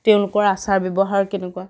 তেওঁলোকৰ আচাৰ ব্যৱহাৰ কেনেকুৱা